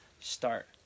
start